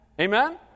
amen